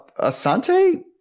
Asante